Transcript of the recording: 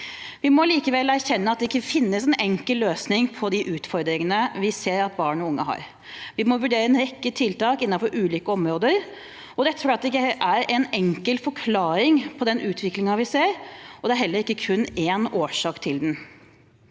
Vi må likevel erkjenne at det ikke finnes en enkel løsning på de utfordringene vi ser at barn og unge har. Vi må vurdere en rekke tiltak innenfor ulike områder. Det er fordi det ikke er en enkel forklaring på den utviklingen vi ser, og det er heller ikke kun én årsak til den.